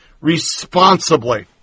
responsibly